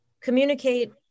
communicate